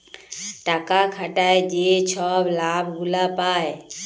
টাকা খাটায় যে ছব লাভ গুলা পায়